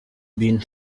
bin